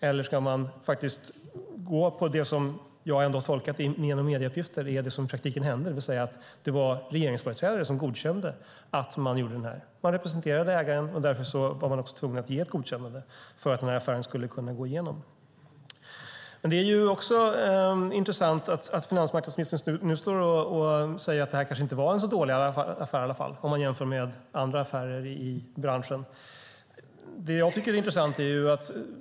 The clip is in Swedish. Eller ska ni gå på det som enligt medieuppgifterna hände i praktiken, det vill säga att det var regeringsföreträdare som godkände affären? Man representerade ägaren och var därför tvungen att ge ett godkännande för att affären skulle gå igenom? Det är intressant att finansmarknadsministern nu säger att det kanske inte var en så dålig affär jämfört med andra affärer i branschen.